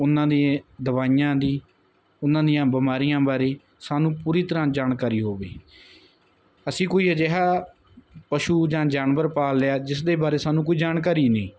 ਉਹਨਾਂ ਦੇ ਦਵਾਈਆਂ ਦੀ ਉਹਨਾਂ ਦੀਆਂ ਬਿਮਾਰੀਆਂ ਬਾਰੇ ਸਾਨੂੰ ਪੂਰੀ ਤਰ੍ਹਾਂ ਜਾਣਕਾਰੀ ਹੋਵੇ ਅਸੀਂ ਕੋਈ ਅਜਿਹਾ ਪਸ਼ੂ ਜਾਂ ਜਾਨਵਰ ਪਾਲ ਲਿਆ ਜਿਸ ਦੇ ਬਾਰੇ ਸਾਨੂੰ ਕੋਈ ਜਾਣਕਾਰੀ ਹੀ ਨਹੀਂ